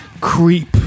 creep